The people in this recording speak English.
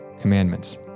commandments